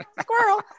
squirrel